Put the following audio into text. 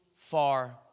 far